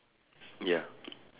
ya